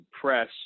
press